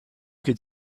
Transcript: could